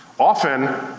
often,